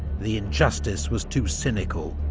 the injustice was too cynical,